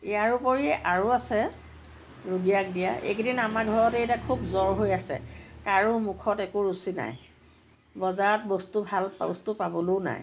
ইয়াৰ উপৰি আৰু আছে ৰুগীয়াক দিয়া এইকেইদিন আমাৰ ঘৰতে এতিয়া খুব জ্বৰ হৈ আছে কাৰো মুখত একো ৰুচি নাই বজাৰত বস্তু ভাল বস্তু পাবলৈয়ো নাই